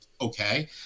okay